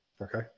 Okay